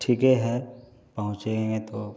ठीक है पहुँचेंगे तो